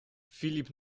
filip